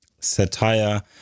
satire